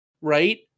right